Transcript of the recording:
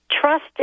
trust